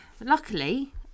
luckily